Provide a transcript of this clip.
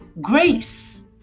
grace